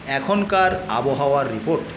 এখনকার আবহাওয়ার রিপোর্ট